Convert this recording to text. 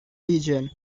region